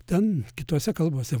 ten kitose kalbose